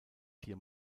vier